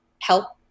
help